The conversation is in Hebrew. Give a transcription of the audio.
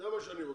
זה מה שאני רוצה.